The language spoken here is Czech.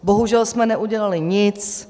Bohužel jsme neudělali nic.